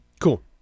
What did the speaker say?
Cool